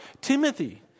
Timothy